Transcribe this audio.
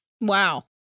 Wow